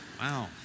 Wow